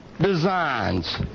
designs